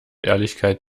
ehrlichkeit